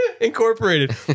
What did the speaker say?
Incorporated